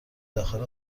داخل